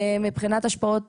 מבחינת השפעות